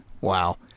Wow